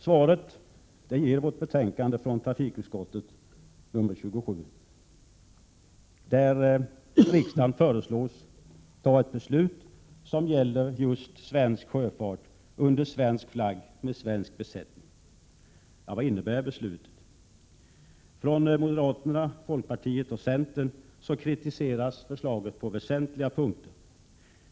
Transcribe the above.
Svaren ges i trafikutskottets betänkande 27. Riksdagen föreslås fatta ett beslut som gäller just svensk sjöfart under svensk flagg och med svensk besättning. Vad innebär ett sådant beslut? Moderaterna, folkpartiet och centern kritiserar förslaget på väsentliga punkter.